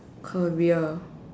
career